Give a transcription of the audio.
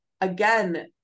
again